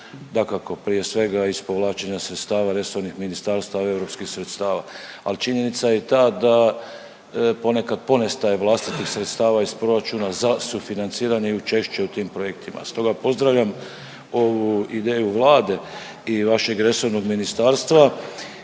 dakako prije svega iz povlačenja sredstava resornih ministarstava europskih sredstava. Ali činjenica je i ta da ponekad ponestaje vlastitih sredstava iz proračuna za sufinanciranje i učešće u tim projektima, stoga pozdravljam ovu ideju Vlade i vašeg resornog ministarstva